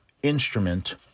Instrument